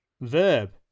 Verb